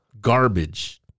garbage